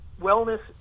wellness